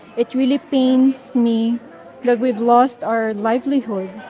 it really pains me that we've lost our livelihood.